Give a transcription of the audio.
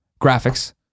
graphics